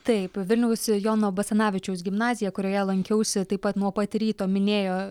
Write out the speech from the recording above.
taip vilniaus jono basanavičiaus gimnazija kurioje lankiausi taip pat nuo pat ryto minėjo